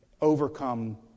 overcome